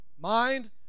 mind